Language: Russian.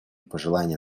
пожелания